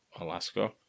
Alaska